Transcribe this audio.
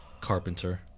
Carpenter